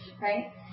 right